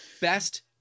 best